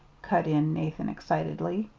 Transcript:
cut in nathan excitedly.